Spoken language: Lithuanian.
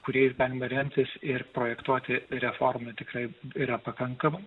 kuriais galime remtis ir projektuoti reformą tikrai yra pakankamai